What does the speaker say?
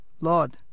Lord